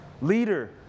leader